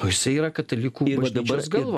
o jisai yra katalikų bažnyčios galva